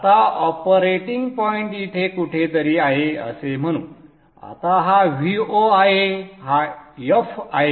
आता operating point इथे कुठेतरी आहे असे म्हणू आता हा Vo आहे हा f आहे